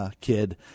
kid